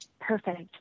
Perfect